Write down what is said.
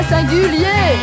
singulier